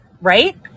Right